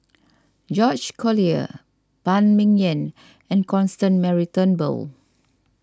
George Collyer Phan Ming Yen and Constance Mary Turnbull